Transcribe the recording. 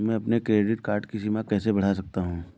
मैं अपने credit card की सीमा कैसे बढ़ा सकता हूँ?